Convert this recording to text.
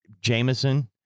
Jameson